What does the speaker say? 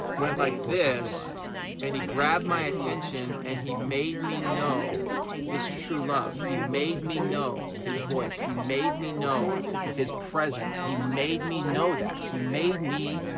went like this and he grabbed my attention and he made me know his true love. he made me know his voice, he made me know his presence, he made me know that. he made me,